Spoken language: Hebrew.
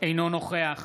אינו נוכח